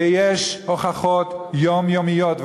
ויש הוכחות יומיומיות,